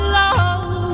love